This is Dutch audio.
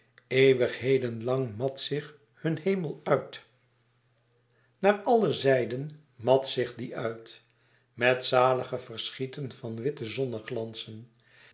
eeuwigheden lang mat zich hun hemel uit naar alle zijden mat zich die uit met zalige verschieten van witte